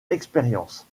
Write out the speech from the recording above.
expérience